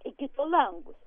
į kito langus